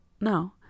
No